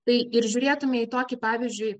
tai ir žiūrėtume į tokį pavyzdžiui